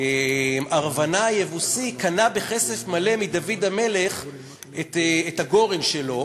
ארוונה היבוסי מכר בכסף מלא לדוד המלך את הגורן שלו,